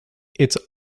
its